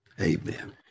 amen